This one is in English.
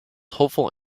hopeful